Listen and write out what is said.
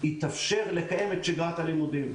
יתאפשר לקיים את שגרת הלימודים.